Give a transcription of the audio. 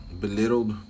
belittled